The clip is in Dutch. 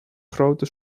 grote